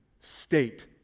state